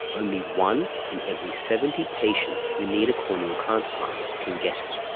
only one in every seventy patients who need a corneal transplant can get it.